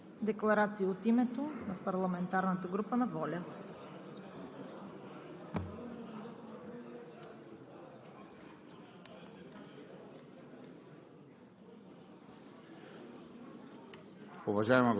декларация от името на парламентарната група на ВОЛЯ.